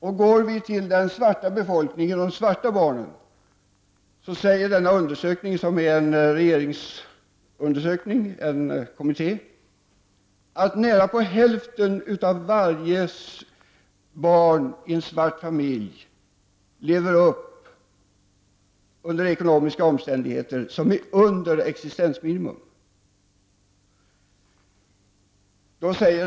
Talar man i stället om den svarta befolkningen och de svarta barnen säger en regeringsundersökning som är utförd av en kommitté att nästan hälften av barnen i de svarta familjerna växer upp med ekonomiska omständigheter som ligger under existensminimum.